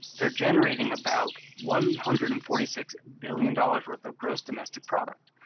they're generating about one hundred and forty six billion dollars worth of gross domestic product.